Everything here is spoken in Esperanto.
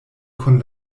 kun